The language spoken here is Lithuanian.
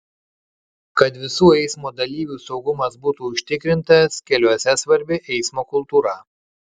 kad visų eismo dalyvių saugumas būtų užtikrintas keliuose svarbi eismo kultūra